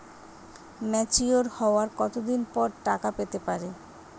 Mature হওয়ার কত দিন পর টাকা পেতে পারি?